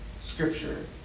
scripture